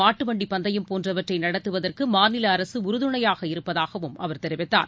மாட்டுவண்டி பந்தயம் போன்றவற்றை நடத்துவதற்கு மாநில அரசு உறுதுணையாக இருப்பதாகவும் அவர் தெரிவித்தார்